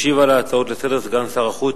ישיב על ההצעות לסדר-היום סגן שר החוץ,